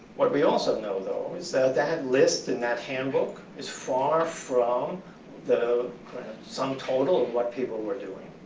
what we also know, though, is that listed in that handbook is far from the sum total of what people were doing.